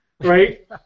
right